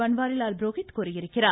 பன்வாரிலால் புரோஹித் கூறியிருக்கிறார்